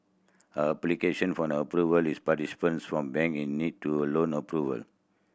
a application for an Approval in from the bank is needed to loan approval